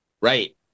Right